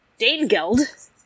Danegeld